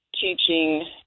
teaching